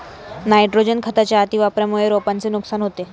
nitrogen खताच्या अतिवापरामुळे रोपांचे नुकसान होते